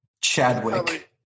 Chadwick